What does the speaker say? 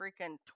freaking